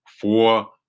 four